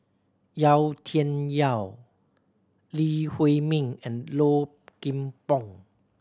Yau Tian Yau Lee Huei Min and Low Kim Pong